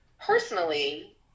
personally